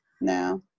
now